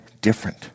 different